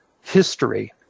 history